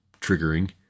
triggering